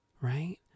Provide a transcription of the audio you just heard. right